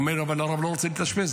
הוא אומר: אבל הרב לא רוצה להתאשפז.